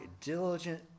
diligent